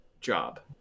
job